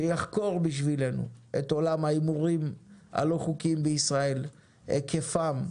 שיחקור בשבילנו את עולם ההימורים הלא חוקיים בישראל: היקפם,